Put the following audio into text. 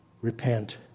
repent